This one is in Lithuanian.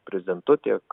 prezidentu tiek